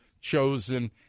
chosen